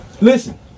listen